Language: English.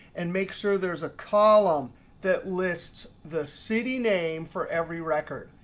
and make sure there's a column that lists the city name for every record.